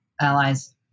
allies